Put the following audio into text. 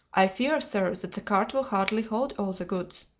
i fear, sir, that the cart will hardly hold all the goods.